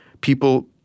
people –